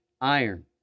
iron